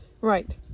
Right